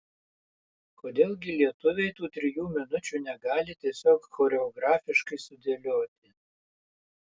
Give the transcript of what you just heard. kodėl gi lietuviai tų trijų minučių negali tiesiog choreografiškai sudėlioti